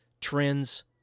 trends